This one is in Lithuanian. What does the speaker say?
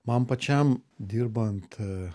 man pačiam dirbant